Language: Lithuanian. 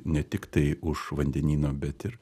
ne tiktai už vandenyno bet ir